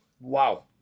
Wow